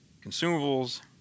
consumables